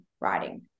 writing